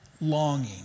longing